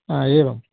हा एवं